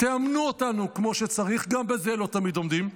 תאמנו אותנו כמו שצריך, גם בזה לא תמיד עומדים,